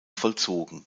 vollzogen